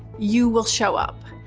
you will show up,